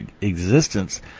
existence